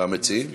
המציעים.